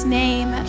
name